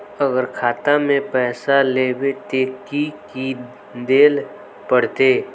अगर खाता में पैसा लेबे ते की की देल पड़ते?